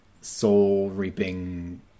soul-reaping